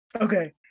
Okay